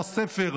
"עם הספר".